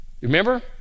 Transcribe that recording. Remember